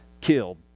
killed